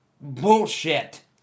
Bullshit